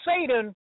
Satan